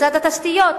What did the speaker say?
משרד התשתיות,